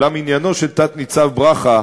ואולם עניינו של תת-ניצב ברכה,